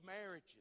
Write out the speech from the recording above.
marriages